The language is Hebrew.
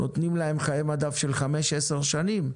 נותנים להם חיי מדף של חמש-עשר שנים.